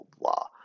blah